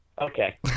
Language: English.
Okay